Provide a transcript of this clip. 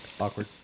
Awkward